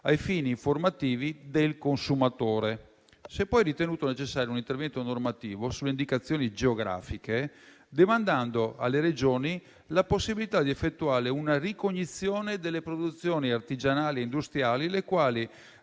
ai fini informativi del consumatore. Si è poi ritenuto necessario un intervento normativo sulle indicazioni geografiche, demandando alle Regioni la possibilità di effettuare una ricognizione delle produzioni artigianali industriali, le quali